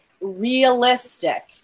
realistic